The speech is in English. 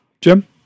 Jim